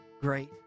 great